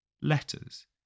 letters